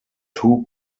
two